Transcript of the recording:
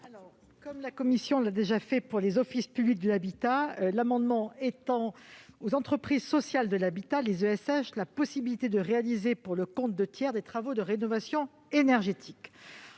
Comme la commission l'a déjà fait pour les offices publics de l'habitat, ces amendements visent à étendre aux entreprises sociales de l'habitat (ESH) la possibilité de réaliser pour le compte de tiers, des travaux de rénovation énergétique.